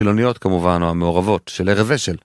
חילוניות כמובן והמעורבות של ארז אשל